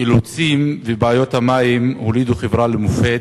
אילוצים ובעיות המים הולידו חברה למופת,